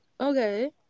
Okay